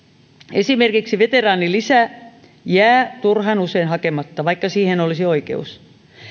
esimerkiksi veteraanilisä jää turhan usein hakematta vaikka siihen olisi oikeus